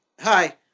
Hi